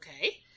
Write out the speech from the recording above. okay